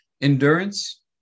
endurance